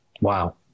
Wow